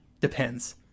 depends